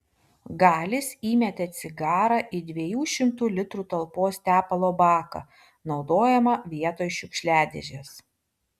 galis įmetė cigarą į dviejų šimtų litrų talpos tepalo baką naudojamą vietoj šiukšliadėžės